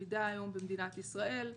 יחידה היום במדינת ישראל.